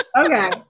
Okay